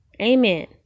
Amen